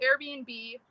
airbnb